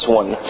one